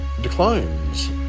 declines